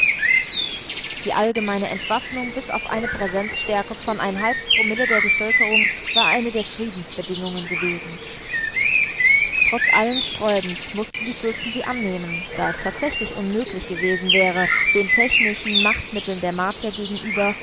die allgemeine entwaffnung bis auf eine präsenzstärke von ein halb promille der bevölkerung war eine der friedensbedingungen gewesen trotz allen sträubens mußten die fürsten sie annehmen da es tatsächlich unmöglich gewesen wäre den technischen machtmitteln der martier gegenüber